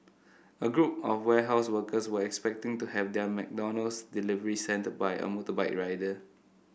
a group of warehouse workers were expecting to have their McDonald's delivery send by a motorbike rider